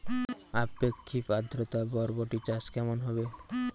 আপেক্ষিক আদ্রতা বরবটি চাষ কেমন হবে?